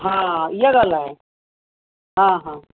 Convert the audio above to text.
हा इहा ॻाल्हि आहे हा हा